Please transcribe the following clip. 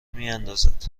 میاندازد